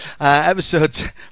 episode